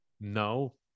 No